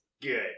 Good